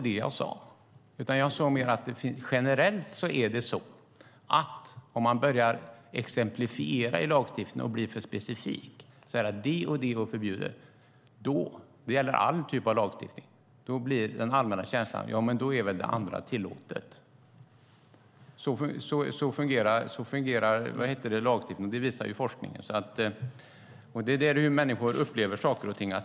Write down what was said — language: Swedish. Om man börjar exemplifiera i lagstiftningen, bli för specifik och räkna upp enskildheter som ska förbjudas blir den allmänna känslan att allt annat är tillåtet. Så fungerar lagstiftning. Det visar forskningen. Det handlar om hur människor upplever saker och ting.